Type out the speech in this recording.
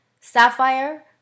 sapphire